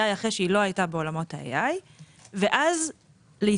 אחרי שהיא לא הייתה בעולמות ה-AI ואז להתייעל,